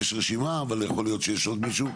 יש רשימה, אבל יכול להיות שיש עוד מישהו.